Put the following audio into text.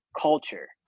culture